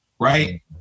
right